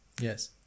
Yes